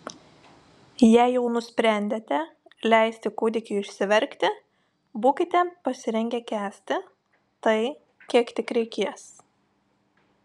jei jau nusprendėte leisti kūdikiui išsiverkti būkite pasirengę kęsti tai kiek tik reikės